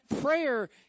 prayer